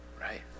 Right